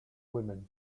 women